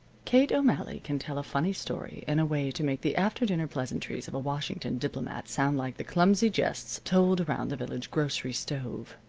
kate o'malley can tell a funny story in a way to make the after-dinner pleasantries of a washington diplomat sound like the clumsy jests told around the village grocery stove.